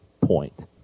point